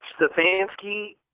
Stefanski